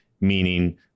meaning